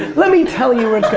let me tell you where it's but